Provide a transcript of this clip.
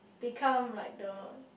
become like the